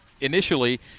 initially